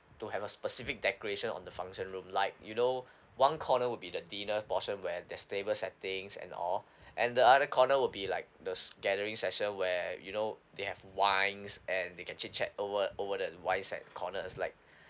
to have a specific decoration on the function room like you know one corner would be the dinner portion where there's table settings and all and the other corner will be like those gathering session where you know they have wines and they can chit chat over over the wines at the corners like